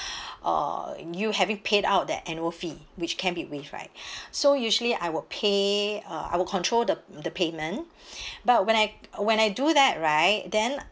uh you having paid out the annual fee which can be waived right so usually I will pay uh I will control the the payment but when I when I do that right then